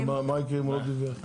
ומה יקרה אם הוא לא דיווח?